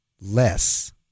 less